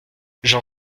j’en